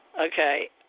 Okay